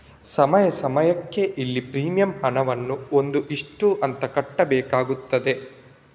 ಸಮಯ ಸಮಯಕ್ಕೆ ಇಲ್ಲಿ ಪ್ರೀಮಿಯಂ ಹಣವನ್ನ ಒಂದು ಇಷ್ಟು ಅಂತ ಕಟ್ಬೇಕಾಗ್ತದೆ